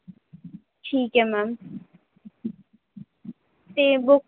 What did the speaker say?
ਠੀਕ ਹੈ ਮੈਮ ਅਤੇ ਬੁੱਕ